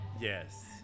Yes